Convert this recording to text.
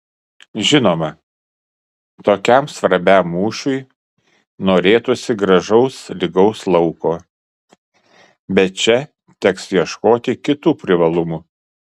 žinoma tokiam svarbiam mūšiui norėtųsi gražaus lygaus lauko bet čia teks ieškoti kitų privalumų